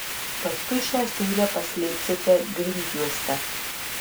paskui šią siūlę paslėpsite grindjuoste